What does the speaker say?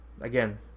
again